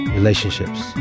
relationships